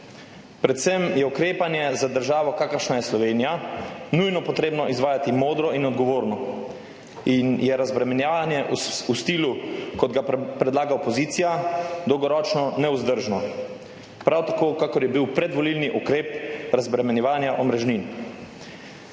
Predvsem je ukrepanje za državo, kakršna je Slovenija, nujno potrebno izvajati modro in odgovorno. Razbremenitev je v stilu, kot ga predlaga opozicija, dolgoročno nevzdržna. Prav tako, kakor je bil predvolilni ukrep razbremenjevanja omrežnin.